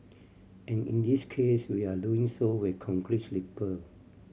and in this case we are doing so with concrete sleeper